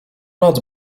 noc